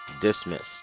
dismissed